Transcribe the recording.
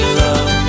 love